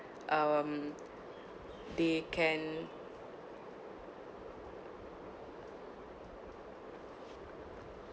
um they can